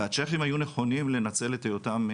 והצ'כים היו נכונים לנצל את היותם,